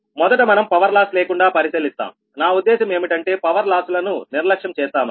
మొదట మనం power loss లేకుండా పరిశీలిస్తాంనా ఉద్దేశం ఏమిటంటే పవర్ లాసులను నిర్లక్ష్యం చేస్తామని